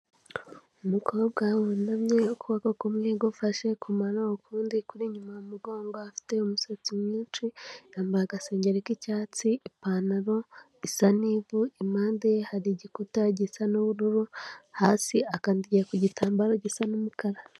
Umukobwa wunamye ukuboko kumwe gufashe ku mano ukundi kuri inyuma mu mugongo, afite umusatsi mwinshi, yambaye agasengeri k'icyatsi, ipantaro isa n'ivu, impande ye hari igikuta gisa n'ubururu, hasi akandagiye ku gitambaro gisa n'umukara.